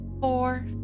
Four